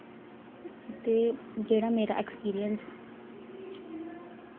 ते जेह्ड़ा मेरा ऐक्सपीरियंस